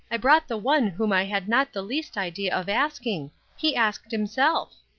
i brought the one whom i had not the least idea of asking he asked himself.